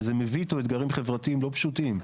וזה מביא איתו אתגרים חברתיים לא פשוטים.